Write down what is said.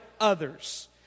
others